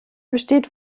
besteht